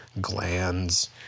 glands